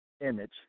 image